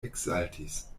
eksaltis